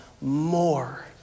more